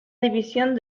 división